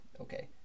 Okay